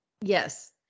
Yes